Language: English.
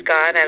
God